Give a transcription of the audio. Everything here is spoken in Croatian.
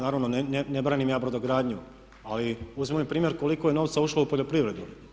Naravno ne branim ja brodogradnju, ali uzmimo primjer koliko je novca ušlo u poljoprivredu.